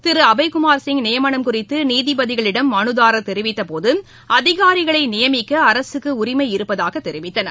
திரு அபய்குமார் சிங் நியமனம் குறித்து நீதிபதிகளிடம் மனுதாரர் தெரிவித்தபோது அதிகாரிகளை நியமிக்க அரசுக்கு உரிமை இருப்பதாக தெரிவித்தனர்